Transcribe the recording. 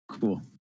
Cool